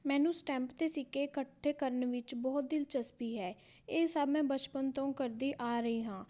ਮੈਨੂੰ ਸਟੈਂਪ ਅਤੇ ਸਿੱਕੇ ਇਕੱਠੇ ਕਰਨ ਵਿੱਚ ਬਹੁਤ ਦਿਲਚਸਪੀ ਹੈ ਇਹ ਸਭ ਮੈਂ ਬਚਪਨ ਤੋਂ ਕਰਦੀ ਆ ਰਹੀ ਹਾਂ